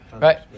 right